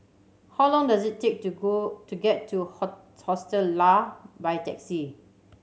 how long does it take to go to get to Hostel Lah by taxi